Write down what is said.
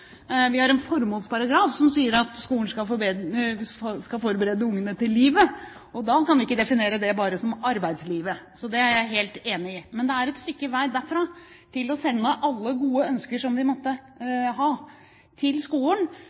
Vi har en formålsparagraf som sier at skolen skal forberede ungene til livet. Da kan vi ikke definere det bare som arbeidslivet. Det er jeg helt enig i. Men det er et stykke vei derfra til å sende alle gode ønsker som vi måtte ha, til skolen